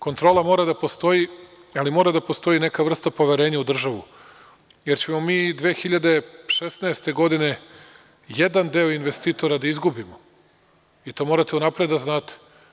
Kontrola mora da postoji, ali mora da postoji i neka vrsta poverenja u državu, jer ćemo mi 2016. godine jedan deo investitora da izgubimo i to morate unapred da znate.